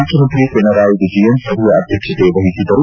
ಮುಖ್ಯಮಂತ್ರಿ ಪಿಣರಾಯ್ ವಿಜಯ್ ಸಭೆಯ ಅಧ್ಯಕ್ಷತೆ ವಹಿಸಿದ್ದರು